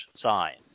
sign